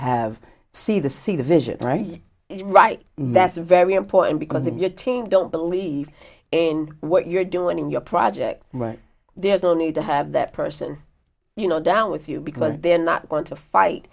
have see the see the vision right right that's very important because if your team don't believe in what you're doing in your project right there's no need to have that person you know down with you because they're not going to fight